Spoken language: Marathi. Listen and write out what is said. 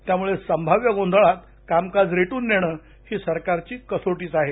यामुळे संभाव्य गोंधळात कामकाज रेटून नेणं ही सरकारची कसोटीच आहे